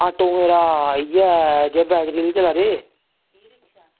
auto मेरा इयै जेह्ड़े बैटरी आह्ले चला दे